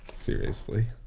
seriously?